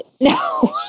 No